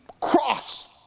cross